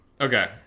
Okay